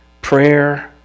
prayer